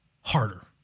harder